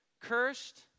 Cursed